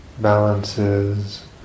balances